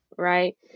Right